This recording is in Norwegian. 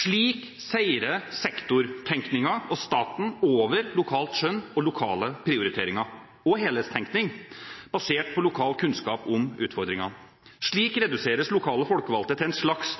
Slik seirer sektortenkningen og staten over lokalt skjønn og lokale prioriteringer – og helhetstenkning – basert på lokal kunnskap om utfordringene. Slik reduseres lokale folkevalgte til noen slags